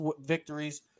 victories